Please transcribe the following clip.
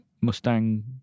Mustang